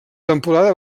temporada